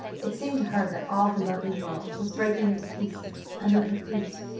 it seemed to her that all her lovely world was breaking into pieces under her feet.